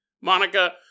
Monica